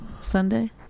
Sunday